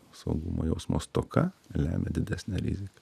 saugumo jausmo stoka lemia didesnę riziką